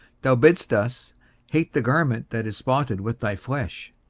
thou bidst us hate the garment that is spotted with the flesh.